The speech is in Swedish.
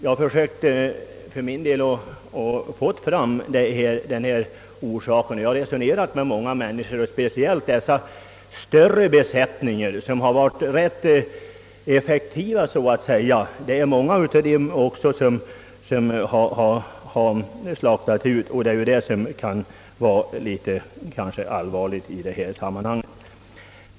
Jag försökte för min del att utröna huvudanledningen. Jag har resonerat med många jordbrukare som sålt sina djur i höst och speciellt med ägare av större besättningar, som varit effektiva men likväl slaktats ut, något som tett sig ganska allvarligt i det här sammanhanget.